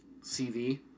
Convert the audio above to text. cv